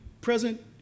present